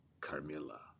Carmilla